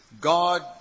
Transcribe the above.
God